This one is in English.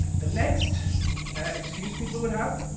the next excuse people would have,